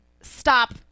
stop